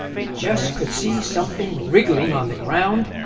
it just could see something wriggling on the ground,